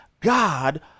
God